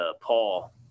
Paul